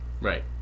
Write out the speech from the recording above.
Right